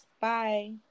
Bye